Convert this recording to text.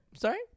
Sorry